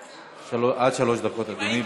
עד שלוש דקות, אדוני.